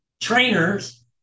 trainers